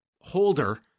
holder